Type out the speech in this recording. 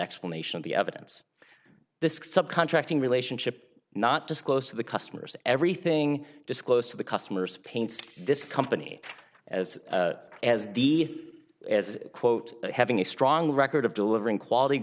explanation of the evidence the contracting relationship not disclosed to the customers everything disclosed to the customers paints this company as as the as quote having a strong record of delivering quality